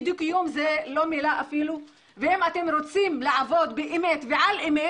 כי זו לא מילה אפילו ואם אתם רוצים לעבוד באמת ועל אמת,